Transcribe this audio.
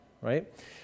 Right